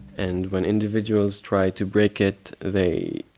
and when individuals try to break it, they